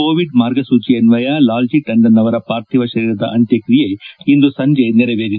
Covid ಮಾರ್ಗಸೂಚಿ ಅನ್ನಯ ಲಾಲ್ಜಿ ಟಂಡನ್ ಪಾರ್ಥಿವ ಶರೀರದ ಅಂತ್ಯಕ್ರಿಯೆ ಇಂದು ಸಂಜೆ ನೆರವೇರಿದೆ